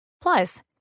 Plus